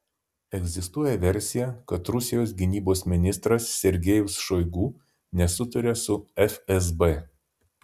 egzistuoja versija kad rusijos gynybos ministras sergejus šoigu nesutaria su fsb